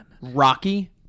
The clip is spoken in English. Rocky